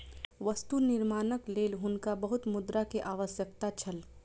वस्तु निर्माणक लेल हुनका बहुत मुद्रा के आवश्यकता छल